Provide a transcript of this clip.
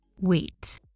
wait